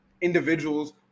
individuals